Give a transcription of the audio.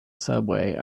subway